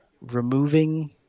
removing